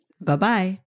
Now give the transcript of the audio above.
Bye-bye